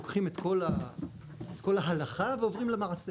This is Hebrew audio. לוקחים את כל ההלכה ועוברים למעשה.